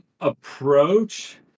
approach